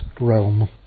realm